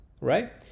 Right